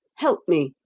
help me!